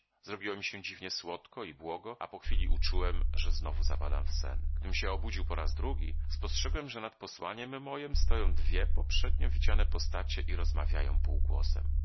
mi się dziwnie słodko i błogo a po chwili uczułem że znowu zapadam w sen gdym się obudził po raz drugi spostrzegłem że nad posłaniem mojem stoją dwie poprzednio widziane postacie i rozmawiają półgłosem